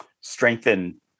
strengthen